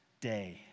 day